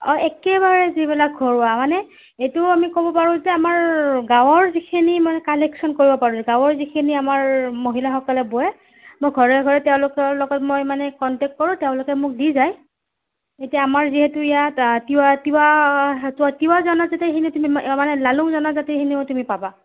অ একেবাৰে যিবিলাক ঘৰুৱা মানে এইটোও আমি ক'ব পাৰোঁ যে আমাৰ গাঁৱৰ যিখিনি মানে কালেকশ্যন কৰিব পাৰোঁ গাঁৱৰ যিখিনি আমাৰ মহিলাসকলে বোৱে মই ঘৰে ঘৰে তেওঁলোকৰ লগত মই মানে কণ্টেক্ট কৰোঁ তেওঁলোকে মোক দি যায় এতিয়া আমাৰ যিহেতু ইয়াত আ তিৱা তিৱা তিৱা জনজাতীয়খিনি তুমি মানে লালুঙ জনজাতীয়খিনিও তুমি পাবা